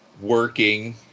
working